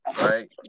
Right